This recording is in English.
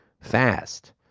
fast